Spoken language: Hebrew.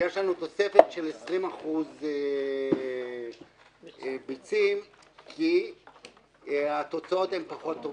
יש לנו תוספת של 20% ביצים כי התוצאות הן פחות טובות.